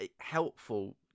helpful